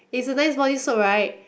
it's a cleanse body soap right